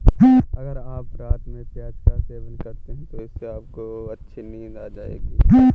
अगर आप रात में प्याज का सेवन करते हैं तो इससे आपको अच्छी नींद आएगी